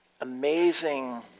amazing